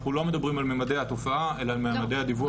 אנחנו לא מדברים על מימדי התופעה אלא על מימדי הדיווח,